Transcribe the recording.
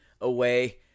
away